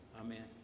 Amen